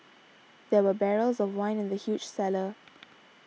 there were barrels of wine in the huge cellar